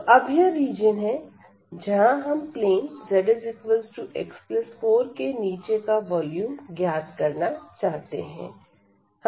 तो अब यह रीजन है जहां हम प्लेन zx4 के नीचे का वॉल्यूम ज्ञात करना चाहते हैं